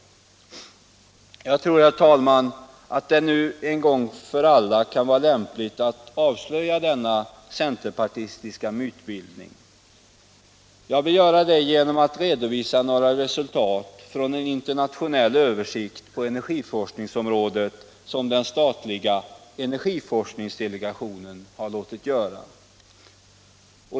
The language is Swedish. Jag tror, herr talman, att det nu kan vara lämpligt att en gång för alla avslöja denna centerpartiska mytbildning. Jag vill göra det genom att redovisa några resultat från en internationell översikt på energiforskningsområdet som den statliga energiforskningsdelegationen har låtit göra.